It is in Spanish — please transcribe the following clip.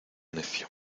necio